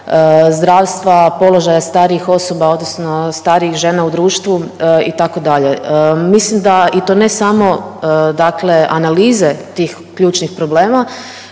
zdravstva, položaja starijih osoba odnosno starijih žena u društvu itd. Mislim da i to ne samo dakle analize tih ključnih problema